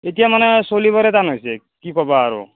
এতিয়া মানে চলিবৰে টান হৈছে কি ক'বা আৰু